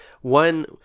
one